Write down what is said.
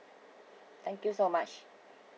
thank you so much